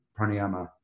Pranayama